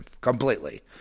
completely